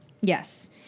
Yes